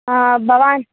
हा भवान्